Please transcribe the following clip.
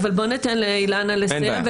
אבל בוא ניתן לאילנה לסיים.